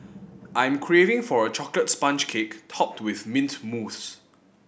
I am craving for a chocolate sponge cake topped with mint mousse